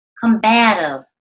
combative